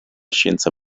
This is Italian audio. scienza